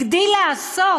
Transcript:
הגדיל לעשות